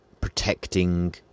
protecting